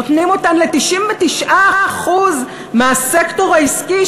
נותנים אותן ל-99% מהסקטור העסקי,